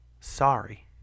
sorry